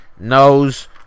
knows